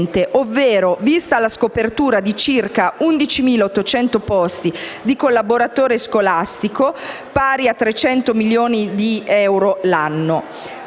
ovvero, vista la scopertura di circa 11.800 posti di collaboratore scolastico, pari a 300 milioni di euro l'anno.